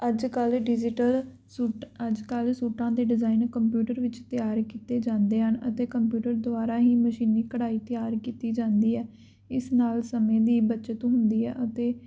ਅੱਜ ਕੱਲ digital suit ਅੱਜ ਕੱਲ ਸੂਟਾਂ 'ਤੇ ਡਿਜ਼ਾਇਨ ਕੰਪਿਊਟਰ ਵਿੱਚ ਤਿਆਰ ਕੀਤੇ ਜਾਂਦੇ ਹਨ ਅਤੇ ਕੰਪਿਊਟਰ ਦੁਆਰਾ ਹੀ ਮਸ਼ੀਨੀ ਕਢਾਈ ਤਿਆਰ ਕੀਤੀ ਜਾਂਦੀ ਹੈ ਇਸ ਨਾਲ ਸਮੇਂ ਦੀ ਬੱਚਤ ਹੁੰਦੀ ਹੈ ਅਤੇ